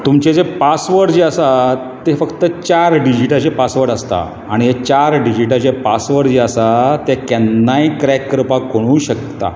तुमचे जे पासवर्ड जे आसात ते फक्त चार डिजीटाचे पासवर्ड आसता आनी हे चार डिजीटांचे पासवर्ड जे आसा ते केन्नाय क्रॅक करपाक कोणूय शकता